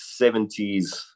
70s